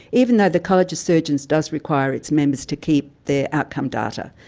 even though the college of surgeons does require its members to keep their outcome data,